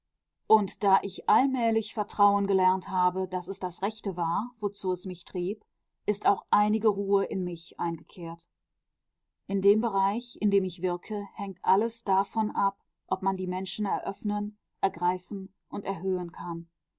und da ich allmählich vertrauen gelernt habe daß es das rechte war wozu es mich trieb ist auch einige ruhe in mich eingekehrt in dem bereich in dem ich wirke hängt alles davon ab ob man die menschen eröffnen ergreifen und erhöhen kann